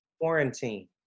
Quarantine